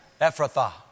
Ephrathah